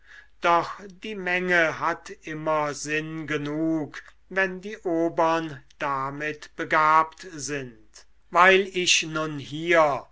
doch die menge hat immer sinn genug wenn die obern damit begabt sind weil ich nun hier